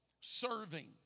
serving